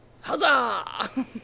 Huzzah